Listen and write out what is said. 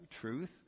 truth